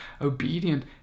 obedient